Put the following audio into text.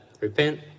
repent